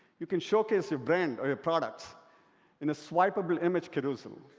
you can showcase your brand or your products in a swipeable image carousel,